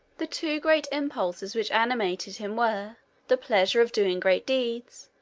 the two great impulses which animated him were the pleasure of doing great deeds,